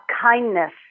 kindness